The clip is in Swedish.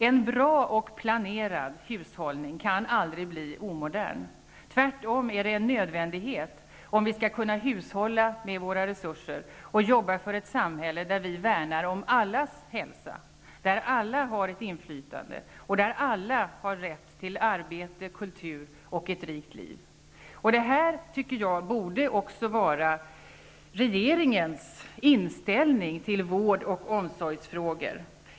En bra och planerad hushållning kan aldrig bli omodern. Tvärtom är den en nödvändighet om vi skall kunna hushålla med våra resurser och jobba för ett samhälle där vi värnar om allas hälsa, där alla har ett inflytande och rätt till arbete, kultur och ett rikt liv. Detta tycker jag borde vara också regeringens inställning till vård och omsorgfrågor.